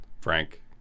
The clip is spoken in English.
Frank